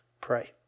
Pray